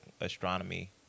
astronomy